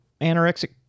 anorexic